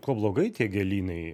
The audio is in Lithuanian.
kuo blogai tie gėlynai